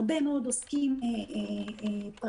הרבה מאוד עוסקים פרטיים,